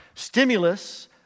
Stimulus